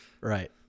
Right